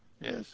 yes